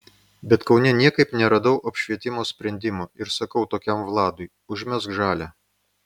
bet kaune niekaip neradau apšvietimo sprendimo ir sakau tokiam vladui užmesk žalią